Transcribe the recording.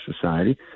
society